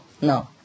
no